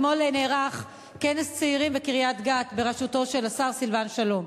אתמול נערך כנס צעירים בקריית-גת בראשותו של השר סילבן שלום.